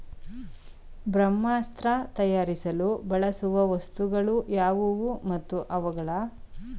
ಬ್ರಹ್ಮಾಸ್ತ್ರ ತಯಾರಿಸಲು ಬಳಸುವ ವಸ್ತುಗಳು ಯಾವುವು ಮತ್ತು ಅವುಗಳ ಪ್ರಮಾಣ ಎಷ್ಟು?